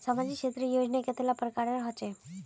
सामाजिक क्षेत्र योजनाएँ कतेला प्रकारेर होचे?